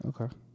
Okay